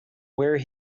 where